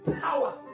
power